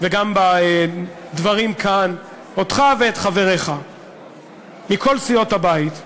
וגם בדברים כאן, אותך ואת חבריך מכל סיעות הבית,